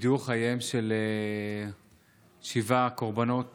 נגדעו חייהם של שבעה קורבנות